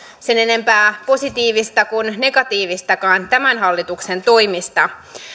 sen enempää positiivista kuin negatiivistakaan tämän hallituksen toimista